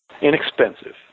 inexpensive